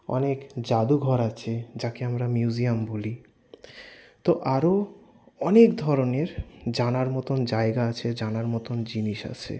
অনেক জাদুঘর আছে যাকে আমরা মিউজিয়াম বলি তো আরও অনেক ধরনের জানার মতোন জায়গা আছে জানার মতোন জিনিস আছে